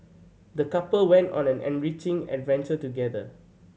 the couple went on an enriching adventure together